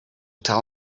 tell